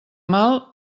mal